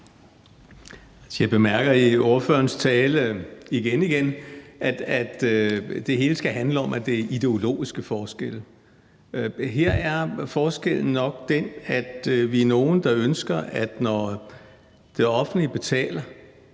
Jeg bemærker i ordførerens tale – igen igen – at det hele skal handle om, at det er ideologiske forskelle. Her er forskellen nok den, at vi er nogle, der, når det offentlige betaler